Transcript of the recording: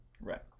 Right